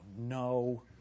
no